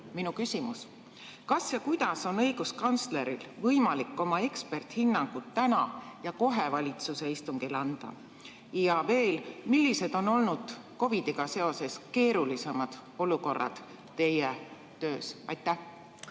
Minu küsimus: kas ja kuidas on õiguskantsleril võimalik oma eksperthinnangut täna ja kohe valitsuse istungil anda? Ja veel, millised on olnud COVID-iga seoses keerulisemad olukorrad teie töös? Aitäh,